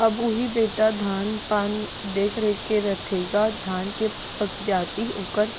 अब उही बेटा धान पान देख देख के रथेगा धान के पगजाति ओकर